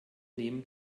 nehmen